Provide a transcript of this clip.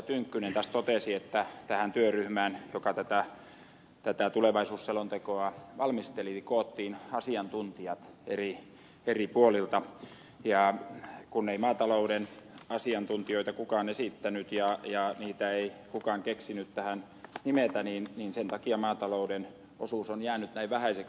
tynkkynen tässä totesi että tähän työryhmään joka tätä tulevaisuusselontekoa valmisteli koottiin asiantuntijat eri puolilta ja kun ei maatalouden asiantuntijoita kukaan esittänyt ja niitä ei kukaan keksinyt tähän nimetä niin sen takia maatalouden osuus on jäänyt näin vähäiseksi